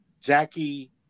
Jackie